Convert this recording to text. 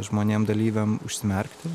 žmonėm dalyviam užsimerkti